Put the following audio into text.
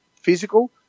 physical